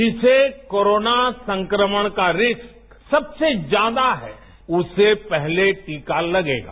जिसे कोरोना संक्रमण का रिस्क सबसे ज्यादा है उसे पहले टीका लगेगा